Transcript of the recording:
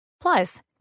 Plus